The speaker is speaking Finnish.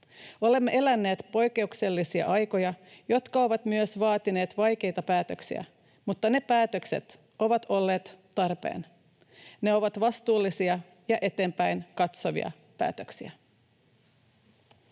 Olemme eläneet poikkeuksellisia aikoja, jotka ovat myös vaatineet vaikeita päätöksiä, mutta ne päätökset ovat olleet tarpeen. Ne ovat olleet vastuullisia ja eteenpäinkatsovia päätöksiä.